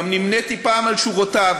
גם נמניתי פעם עם שורותיו: